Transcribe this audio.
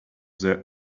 their